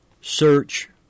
Search